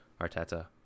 Arteta